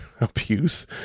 abuse